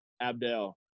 Abdel